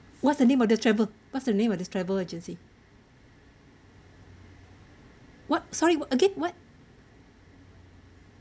what's the name of the travel what's the name of the travel agency what sorry again what